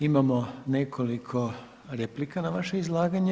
Imamo nekoliko replika na vaše izlaganje.